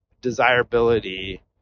desirability